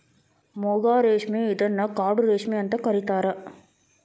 ಮೂಗಾ ರೇಶ್ಮೆ ಇದನ್ನ ಕಾಡು ರೇಶ್ಮೆ ಅಂತ ಕರಿತಾರಾ